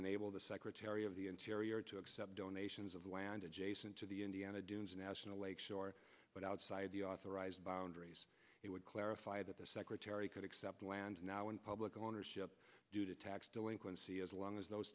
enable the secretary of the interior to accept donations of land adjacent to the indiana dunes national lake shore but outside the authorized boundaries it would clarify that the secretary could accept land now in public ownership tax delinquency as long as those